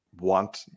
want